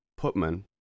Putman